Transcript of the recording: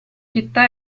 città